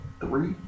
three